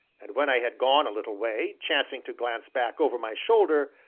and when i had gone a little way, chancing to glance back over my shoulder,